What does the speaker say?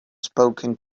spoken